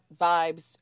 vibes